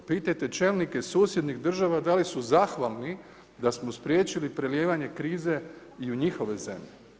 Pitajte čelnike susjednih država da li su zahvalni da smo spriječili prelijevanje krize i u njihove zemlje.